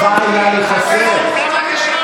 שב,